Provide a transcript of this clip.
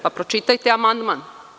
Pa, pročitajte amandman.